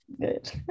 good